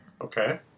Okay